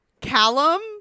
Callum